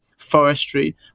forestry